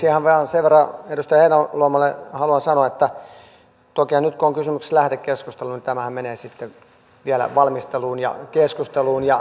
ihan vain sen verran edustaja heinäluomalle haluan sanoa että tokihan nyt kun on kysymyksessä lähetekeskustelu tämä menee vielä valmisteluun ja keskusteluun ja kyllä